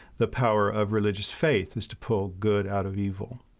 the power of religious faith is to pull good out of evil,